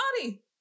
body